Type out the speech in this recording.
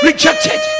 Rejected